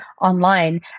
online